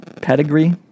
pedigree